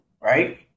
right